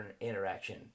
interaction